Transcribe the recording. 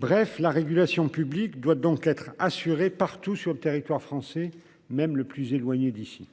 Bref la régulation publique doit donc être assuré partout sur le territoire français, même le plus éloigné d'ici.